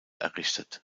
errichtet